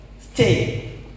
stay